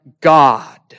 God